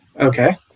okay